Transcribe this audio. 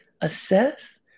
Assess